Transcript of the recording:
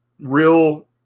real